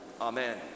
Amen